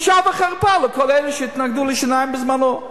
בושה וחרפה לכל אלה שהתנגדו לשיניים בזמנו.